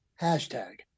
hashtag